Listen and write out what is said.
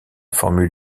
formule